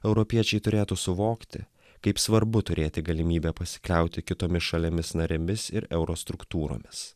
europiečiai turėtų suvokti kaip svarbu turėti galimybę pasikliauti kitomis šalimis narėmis ir euro struktūromis